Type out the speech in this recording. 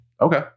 Okay